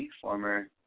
former